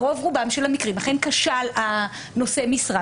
ברוב רובם של המקרים אכן כשל נושא המשרה